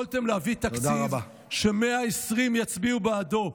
יכולתם להביא תקציב ש-120 יצביעו בעדו,